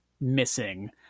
missing